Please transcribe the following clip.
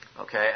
Okay